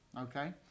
Okay